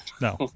no